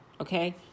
Okay